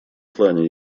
плане